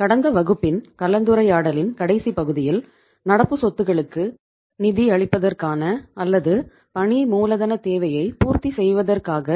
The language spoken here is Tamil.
கடந்த வகுப்பின் கலந்துரையாடலின் கடைசி பகுதியில் நடப்பு சொத்துக்களுக்கு நிதியளிப்பதற்கான அல்லது பணி மூலதனத் தேவையை பூர்த்தி செய்வதாகக்